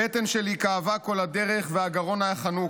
הבטן שלי כאבה כל הדרך והגרון היה חנוק.